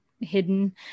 hidden